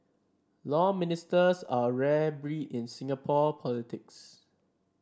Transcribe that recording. Law Ministers are a rare breed in Singapore politics